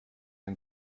ein